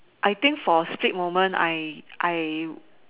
I think for a split moment I I